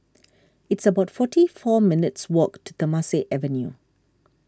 it's about forty four minutes' walk to Temasek Avenue